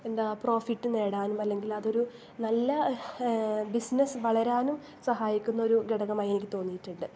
എന്താ പ്രോഫിറ്റ് നേടാനും അല്ലെങ്കിൽ അതൊരു നല്ല ബിസിനസ്സ് വളരാനും സഹായിക്കുന്നൊരു ഘടകമായി എനിക്ക് തോന്നിയിട്ടുണ്ട്